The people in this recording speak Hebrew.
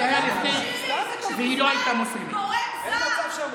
והיא לא הייתה מוסלמית.